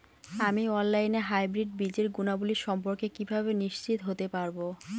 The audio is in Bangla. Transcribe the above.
আমি অনলাইনে হাইব্রিড বীজের গুণাবলী সম্পর্কে কিভাবে নিশ্চিত হতে পারব?